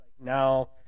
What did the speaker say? now